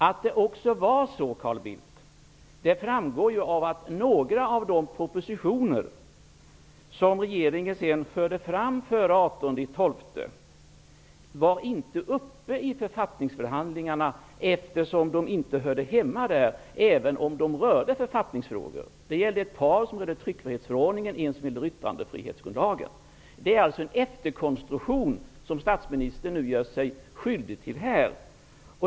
Att det också var så framgår av att några av de förslag som regeringen sedan lade fram före den 18 december inte var uppe i författningsförhandlingarna, eftersom de inte hörde hemma där även om de rörde författningsfrågor. Ett par rörde tryckfrihetsförordningen, en rörde yttrandefrihetslagen. Det är alltså en efterkonstruktion som statsministern nu gör sig skyldig till.